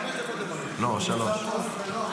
אדוני היושב-ראש,